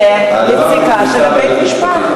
נחכה לפסיקה של בית-המשפט.